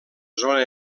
zona